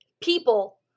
people